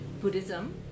Buddhism